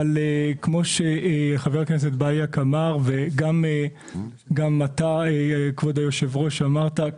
אבל כמו שחבר הכנסת בליאק אמר וגם אתה כבוד היושב-ראש אמרת,